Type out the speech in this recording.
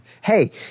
Hey